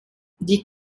die